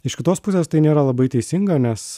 iš kitos pusės tai nėra labai teisinga nes